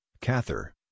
Cather